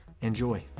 Enjoy